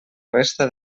resta